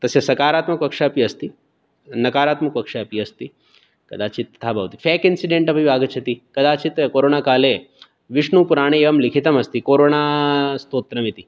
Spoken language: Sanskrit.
तस्य सकारात्मकः पक्षः अपि अस्ति नकारात्मकः पक्षः अपि अस्ति कदाचित् मिथ्या भवति फ़ेक् इन्सिडेण्ट् अपि आगच्छति कदाचित् कोरोणा काले विष्णुपुराणे इयं लिखितमस्ति कोरोणा स्तोत्रमिति